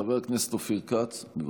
חבר הכנסת אופיר כץ, בבקשה.